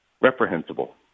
reprehensible